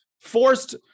forced